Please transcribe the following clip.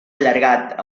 allargat